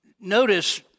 notice